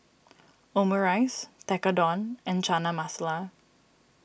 Omurice Tekkadon and Chana Masala